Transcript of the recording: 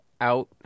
out